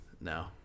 No